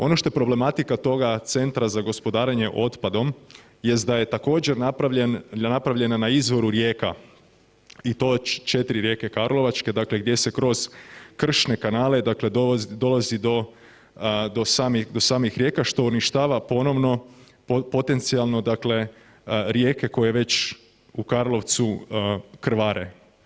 Ono što je problematika toga centra za gospodarenje otpadom jest da je također napravljena na izvoru rijeka i to 4 rijeke karlovačke, dakle gdje se kroz kršne kanale dakle dolazi do samih rijeka što uništava ponovno potencijalno dakle rijeke koje već u Karlovcu krvare.